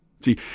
See